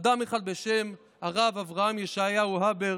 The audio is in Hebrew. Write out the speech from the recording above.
אדם אחד בשם הרב ישעיהו הבר